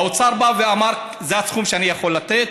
האוצר בא ואמר: זה הסכום שאני יכול לתת.